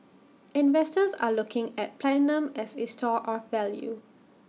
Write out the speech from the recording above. investors are looking at platinum as A store of value